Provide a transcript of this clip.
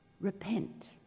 repent